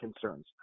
concerns